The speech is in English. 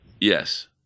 Yes